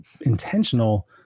intentional